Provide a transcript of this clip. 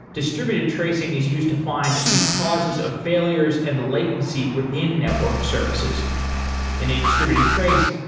distributed tracing is used to find the causes of failures and latency within network services in a distributed trace,